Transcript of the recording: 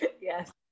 Yes